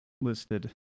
listed